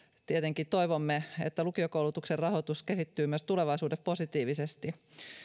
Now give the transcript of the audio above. tietenkin toivomme että lukiokoulutuksen rahoitus kehittyy myös tulevaisuudessa positiivisesti